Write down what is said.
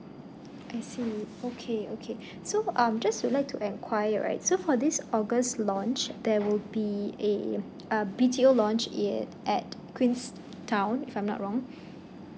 I see okay okay so um just would like to enquire right so for this august launch there will be a uh B_T_O launch in at queen's town if I'm not wrong